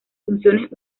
funciones